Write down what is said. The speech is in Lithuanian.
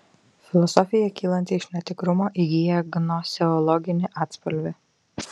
filosofija kylanti iš netikrumo įgyja gnoseologinį atspalvį